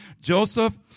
Joseph